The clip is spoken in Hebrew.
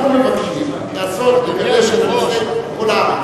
אנחנו מבקשים לעשות מס הכנסה שלילי בכל הארץ.